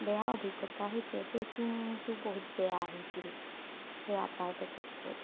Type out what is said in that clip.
বেয়া অভিজ্ঞতা সেইটোৱে পেকিঙটো বহুত বেয়া আহিছিল সেই আটাৰ পেকেটটোত